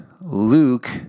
Luke